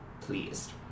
pleased